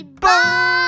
bye